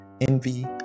envy